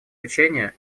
лечения